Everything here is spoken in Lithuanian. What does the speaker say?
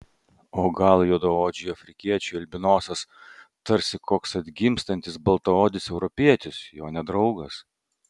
o gal juodaodžiui afrikiečiui albinosas tarsi koks atgimstantis baltaodis europietis jo nedraugas